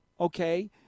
okay